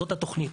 זאת התוכנית.